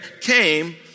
came